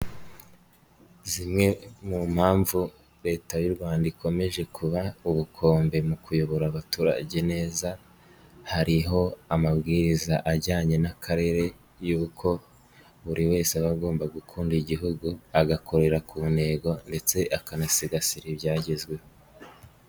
Zimwe mu mpamvu Leta y'u Rwanda ikomeje kuba ubukombe mu kuyobora abaturage neza, hariho amabwiriza ajyanye n'Akarere y'uko buri wese aba agomba gukunda Igihugu, agakorera ku ntego ndetse akanasigasira ibyagezweho.